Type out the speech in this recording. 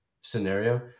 scenario